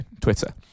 Twitter